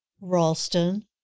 Ralston